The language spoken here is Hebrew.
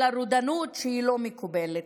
רודנות שהיא לא מקובלת.